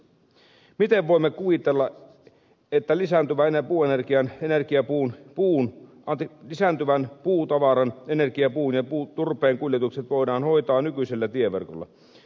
miten voimme kuvitella että lisääntyvänä puuenergian energiapuun puun anti lisääntyvän puutavaran energiapuun ja turpeen kuljetukset voidaan hoitaa nykyisellä tieverkolla